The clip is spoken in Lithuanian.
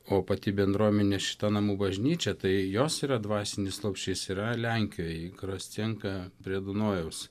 o pati bendruomenė šita namų bažnyčia tai jos yra dvasinis lopšys yra lenkijoj kurios senka prie dunojaus